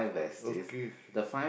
okay kay